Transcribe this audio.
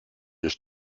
ist